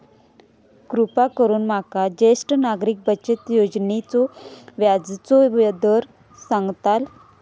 कृपा करून माका ज्येष्ठ नागरिक बचत योजनेचो व्याजचो दर सांगताल